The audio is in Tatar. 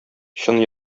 чын